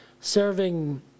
...serving